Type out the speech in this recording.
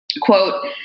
Quote